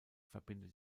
verbindet